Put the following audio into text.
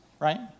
right